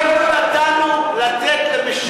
אנחנו התכוונו לתת למשרתי השירות הלאומי.